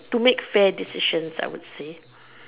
to make fair decisions I would say